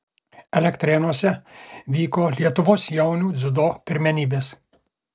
elektrėnuose vyko lietuvos jaunių dziudo pirmenybės